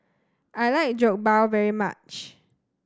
I like Jokbal very much